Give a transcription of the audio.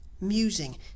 musing